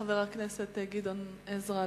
חבר הכנסת גדעון עזרא,